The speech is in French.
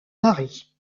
mari